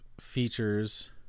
features